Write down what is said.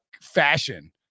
fashion